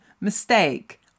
mistake